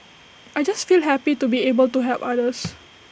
I just feel happy to be able to help others